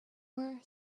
were